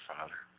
Father